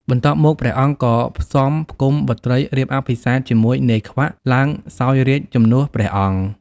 បន្ទាប់មកព្រះអង្គក៏ផ្សំផ្គុំបុត្រីរៀបអភិសេកជាមួយនាយខ្វាក់ ឡើងសោយរាជជំនួសព្រះអង្គ។